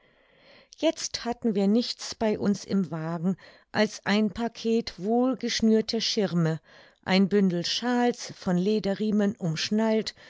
jetzt hatten wir nichts bei uns im wagen als ein packet wohlgeschnürter schirme ein bündel shawls von lederriemen umschnallt